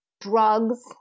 drugs